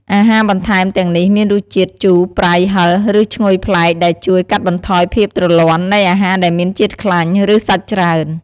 អាហារបន្ថែមទាំងនេះមានរសជាតិ ជូរ ប្រៃ ហឹរ ឬឈ្ងុយប្លែក ដែលជួយ កាត់បន្ថយភាពទ្រលាន់ នៃអាហារដែលមានជាតិខ្លាញ់ ឬសាច់ច្រើន។